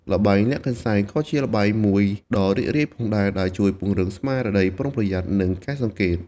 ល្បែងលាក់កន្សែងក៏ជាល្បែងមួយដ៏រីករាយផងដែរ ដែលជួយពង្រឹងស្មារតីប្រុងប្រយ័ត្ន និងការសង្កេត។